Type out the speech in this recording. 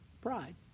pride